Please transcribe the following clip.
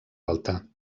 alta